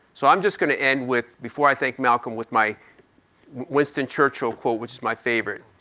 so i'm just gonna end with, before i thank malcolm with my winston churchill quote, which is my favorite,